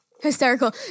hysterical